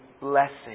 blessing